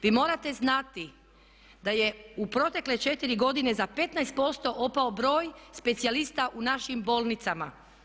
Vi morate znati da je u protekle 4 godine za 15% opao broj specijalista u našim bolnicama.